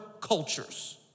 cultures